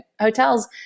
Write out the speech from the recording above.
hotels